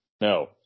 no